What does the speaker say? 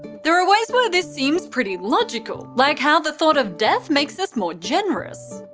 there are ways where this seems pretty logical, like how the thought of death makes us more generous.